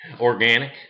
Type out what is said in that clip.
Organic